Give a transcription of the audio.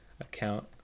account